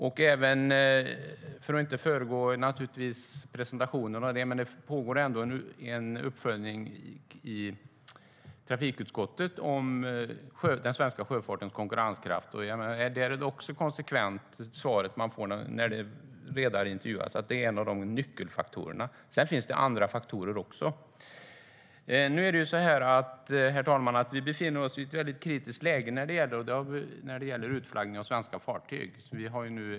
Jag vill inte föregå presentationen av utredningen, men det pågår en uppföljning i trafikutskottet av den svenska sjöfartens konkurrenskraft, och det svar vi konsekvent får när redare intervjuas är att det är en av nyckelfaktorerna. Sedan finns det också andra faktorer. Herr talman! Vi befinner oss i ett kritiskt läge när det gäller utflaggning av svenska fartyg.